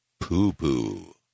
poo-poo